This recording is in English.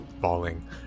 falling